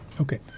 Okay